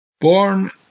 born